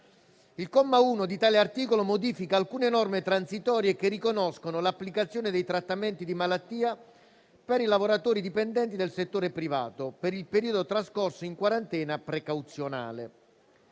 Il comma 1 di tale articolo modifica alcune norme transitorie, che riconoscono: l'applicazione dei trattamenti di malattia per i lavoratori dipendenti del settore privato, per il periodo trascorso in quarantena precauzionale